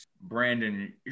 Brandon